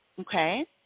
okay